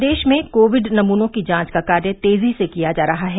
प्रदेश में कोविड नमूनों की जांच का कार्य तेजी से किया जा रहा है